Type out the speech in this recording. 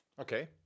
Okay